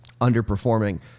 underperforming